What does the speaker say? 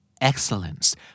Excellence